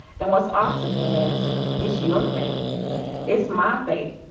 and what's awesome is is your faith it's my faith.